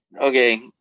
okay